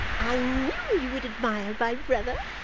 i knew you would admire my brother.